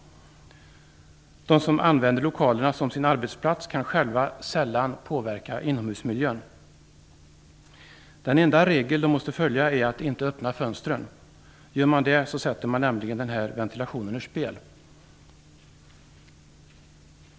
De som använder lokalerna som sin arbetsplats kan själva sällan påverka inomhusmiljön. Den enda regel de måste följa är att inte öppna fönstren. Gör man det sätter man nämligen ventilationen ur spel.